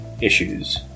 issues